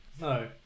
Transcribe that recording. No